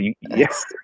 Yes